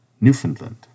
Newfoundland